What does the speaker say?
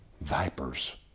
vipers